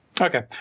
Okay